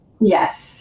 Yes